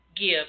give